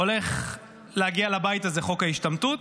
הולך להגיע לבית הזה חוק ההשתמטות,